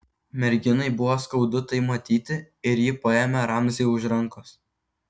merginai buvo skaudu tai matyti ir ji paėmė ramzį už rankos